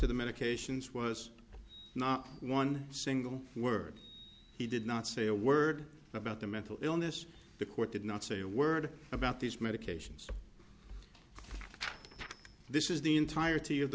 the medications was not one single word he did not say a word about the mental illness the court did not say a word about these medications this is the entirety of the